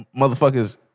Motherfuckers